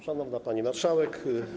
Szanowna Pani Marszałek!